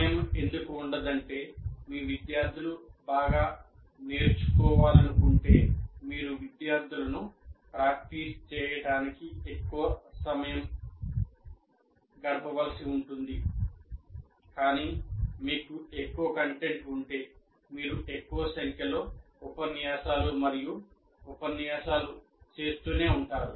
సమయం ఎందుకు ఉండదంటే మీ విద్యార్థులు బాగా నేర్చుకోవాలనుకుంటే మీరు విద్యార్థులను ప్రాక్టీస్ చేయడానికి ఎక్కువ సమయం గడపవలసి ఉంటుంది కానీ మీకు ఎక్కువ కంటెంట్ ఉంటే మీరు ఎక్కువ సంఖ్యలో ఉపన్యాసాలు మరియు ఉపన్యాసాలు చేస్తూనే ఉంటారు